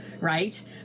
Right